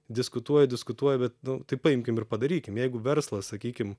diskutuoja diskutuoja bet nu tai paimkim ir padarykim jeigu verslas sakykim